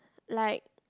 like